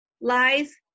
lies